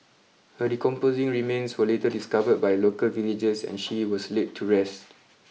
her decomposing remains were later discovered by local villagers and she was laid to rest